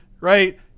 right